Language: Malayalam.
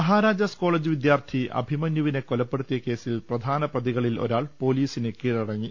മഹാരാജാസ് കോളജ് വിദ്യാർഥി അഭിമന്യുവിനെ കൊലപ്പെടുത്തിയ കേസിൽ പ്രധാനപ്രതികളിൽ ഒരാൾ പൊലീസിൽ കീഴടങ്ങി